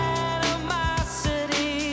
animosity